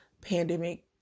pandemic